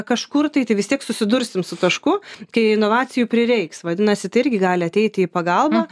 kažkur tai tai vis tiek susidursim su tašku kai inovacijų prireiks vadinasi tai irgi gali ateiti į pagalbą